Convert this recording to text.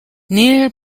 near